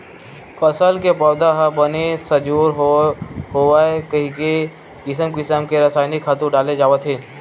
फसल के पउधा ह बने सजोर होवय कहिके किसम किसम के रसायनिक खातू डाले जावत हे